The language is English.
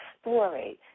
story